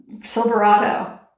Silverado